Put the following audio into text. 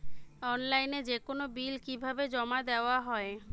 অনলাইনে যেকোনো বিল কিভাবে জমা দেওয়া হয়?